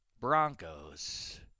Broncos